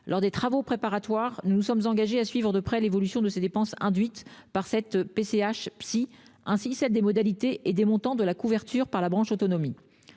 Lors des travaux préparatoires, nous nous sommes engagés à suivre de près l'évolution de ces dépenses induites par cette PCH « psy » ainsi que celle des modalités et des montants de la couverture par la branche autonomie.